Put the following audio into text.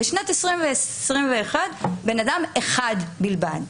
ובשנת 2021 בן אדם אחד בלבד.